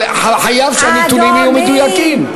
אבל חייבים שהנתונים יהיו מדויקים.